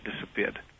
disappeared